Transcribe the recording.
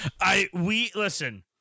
I—we—listen—